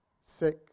sick